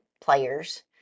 players